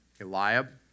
Eliab